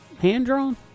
hand-drawn